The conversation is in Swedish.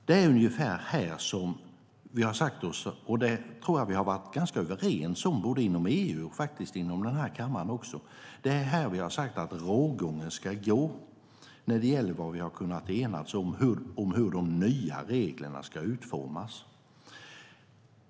Det är ungefär här som vi har sagt oss - det tror jag att vi har varit ganska överens om inom EU och faktiskt också i den här kammaren - att det är här rågången ska gå när det gäller vad vi har kunnat enas om beträffande hur de nya reglerna ska utformas.